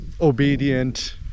obedient